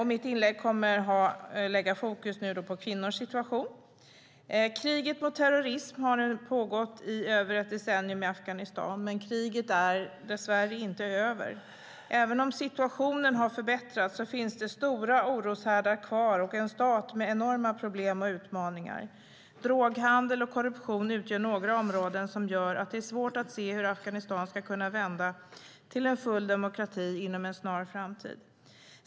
I mitt inlägg kommer jag som sagt att sätta fokus på kvinnors situation. Kriget mot terrorism har nu pågått i över ett decennium i Afghanistan, och kriget är dess värre inte över. Även om situationen har förbättrats finns stora oroshärdar kvar och en stat med enorma problem och utmaningar. Droghandel och korruption är några områden som gör att det är svårt att se hur Afghanistan ska kunna vända till full demokrati inom en snar framtid.